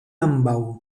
ambaŭ